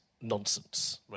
nonsense